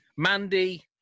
Mandy